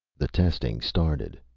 the testing started.